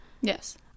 Yes